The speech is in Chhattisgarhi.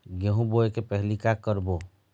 गेहूं बोए के पहेली का का करबो?